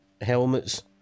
helmets